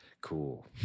Cool